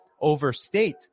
overstate